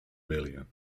million